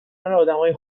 آدمای